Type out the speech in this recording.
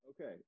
Okay